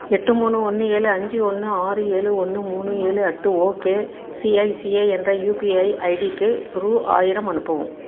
எட்டு மூணு ஒன்று ஏழு அஞ்சு ஒன்று ஆறு ஏழு ஒன்று மூணு ஏழு அட்டு ஓகே சிஐசிஐ என்ற யுபிஐ ஐடிக்கு ரூபா ஆயிரம் அனுப்பவும்